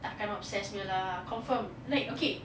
tak akan obsessed punya lah confirm like okay